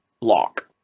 lock